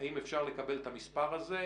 האם אפשר לקבל את המספר הזה.